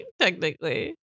technically